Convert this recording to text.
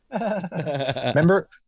Remember